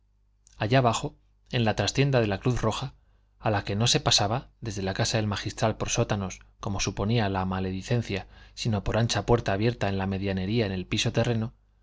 allá abajo en la trastienda de la cruz roja a la que no se pasaba desde la casa del magistral por sótanos como suponía la maledicencia sino por ancha puerta abierta en la medianería en el piso terreno